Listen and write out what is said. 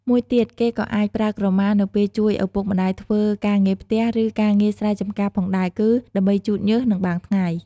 មួយទៀត គេក៏៏អាចប្រើក្រមានៅពេលជួយឪពុកម្ដាយធ្វើការងារផ្ទះ ឬ ការងារស្រែចម្ការផងដែរ គឺ ដើម្បីជូតញើស និងបាំងថ្ងៃ។